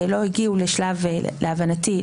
להבנתי,